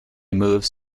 moves